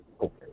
okay